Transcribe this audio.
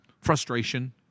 frustration